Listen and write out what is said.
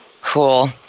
cool